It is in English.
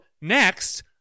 next